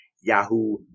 Yahoo